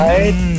Right